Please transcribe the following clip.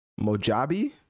Mojabi